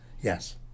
Yes